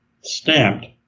stamped